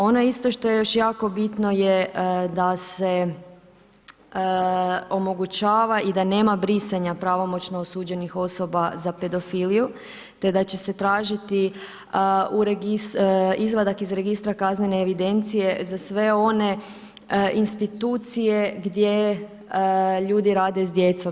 Ono isto što je još jako bitno je da se omogućava i da nema brisanja pravomoćno osuđenih osoba za pedofiliju te da će se tražiti izvadak iz registra kaznene evidencije za sve one institucije gdje ljudi rade s djecom.